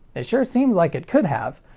it sure seems like it could have.